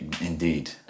Indeed